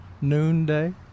Noonday